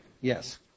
Yes